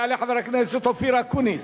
יעלה חבר הכנסת אופיר אקוניס,